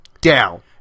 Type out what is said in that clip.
down